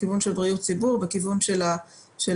בכיוון של בריאות ציבור בכיוון של ההסדרה.